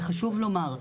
וחשוב לומר,